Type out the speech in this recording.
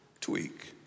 tweak